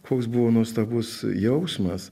koks buvo nuostabus jausmas